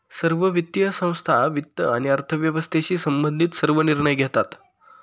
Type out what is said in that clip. सर्व वित्तीय संस्था वित्त आणि अर्थव्यवस्थेशी संबंधित सर्व निर्णय घेतात